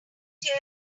tear